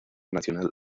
nacional